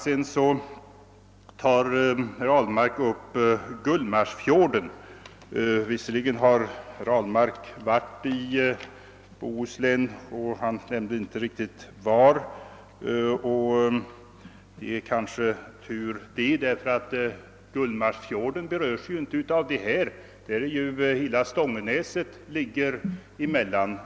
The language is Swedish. Herr Ahlmark talar också om Gullmarsfjorden. Visserligen har herr Ahlmark varit i Bohuslän, men han nämnde inte riktigt var, och det är kanske tur. Gullmarsfjorden berörs nämligen inte av den här frågan; hela Stångenäset ligger emellan.